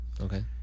okay